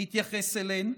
התייחס אליהן,